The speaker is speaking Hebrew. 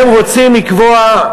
הם רוצים לקבוע,